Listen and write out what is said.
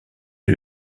est